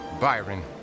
Byron